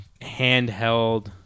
handheld